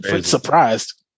surprised